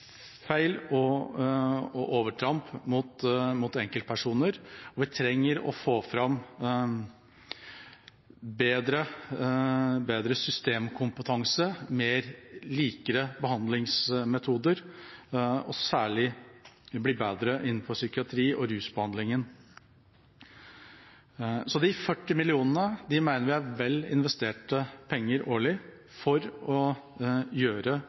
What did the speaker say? feil og overtramp mot enkeltpersoner. Vi trenger å få fram bedre systemkompetanse, likere behandlingsmetoder og særlig å bli bedre innenfor psykiatrien og rusbehandlingen. Så 40 mill. kr årlig mener vi er vel investerte penger for å gjøre